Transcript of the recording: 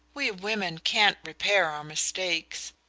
we women can't repair our mistakes.